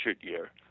year